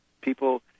people